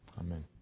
Amen